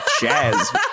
jazz